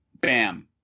bam